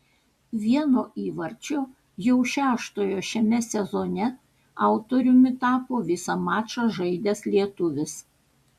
vieno įvarčio jau šeštojo šiame sezone autoriumi tapo visą mačą žaidęs lietuvis